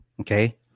Okay